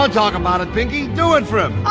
and and um ah and pinky do it for him.